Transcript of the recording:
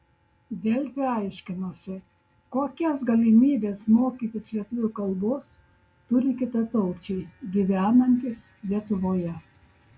delfi aiškinosi kokias galimybes mokytis lietuvių kalbos turi kitataučiai gyvenantys lietuvoje